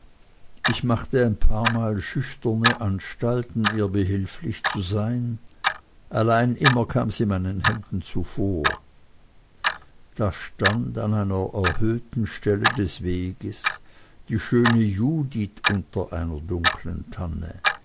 ich machte ein paarmal schüchterne anstalten ihr behilflich zu sein allein immer kam sie meinen händen zuvor da stand an einer erhöhten stelle des weges die schöne judith unter einer dunklen tanne